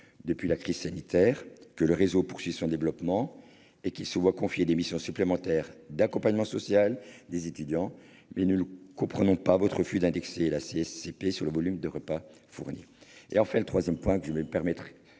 depuis la crise sanitaire, que le réseau poursuit son développement et qu'il se voit confier des missions supplémentaires d'accompagnement social des étudiants. Madame la ministre, nous ne comprenons pas votre refus d'indexer la SCSP sur le volume de repas fournis. Enfin, puisque je suis le dernier